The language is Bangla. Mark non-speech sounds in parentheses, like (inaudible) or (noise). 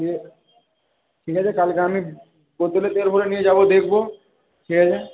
(unintelligible) ঠিক আছে কালকে আমি বোতলে তেল ভরে নিয়ে যাব দেখব ঠিক আছে